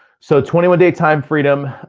so twenty one day time freedom.